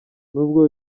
nubwo